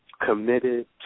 committed